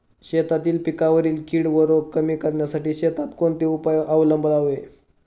शेतातील पिकांवरील कीड व रोग कमी करण्यासाठी शेतात कोणते उपाय अवलंबावे?